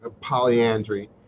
polyandry